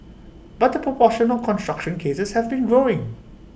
but the proportion of construction cases has been growing